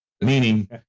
meaning